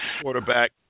quarterback